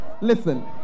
listen